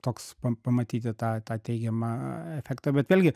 toks pa pamatyti tą tą teigiamą efektą bet vėlgi